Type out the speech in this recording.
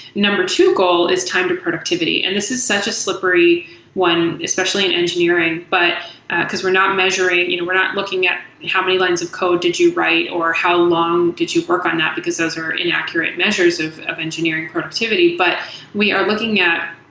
number to goal is time to productivity, and this is such a slippery one, especially in engineering but because we're not measuring, we're not looking at how many lines of code did you write or how long did you work on that, because those are inaccurate measures of of engineering productivity. but we are looking at,